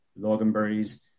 loganberries